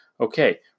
okay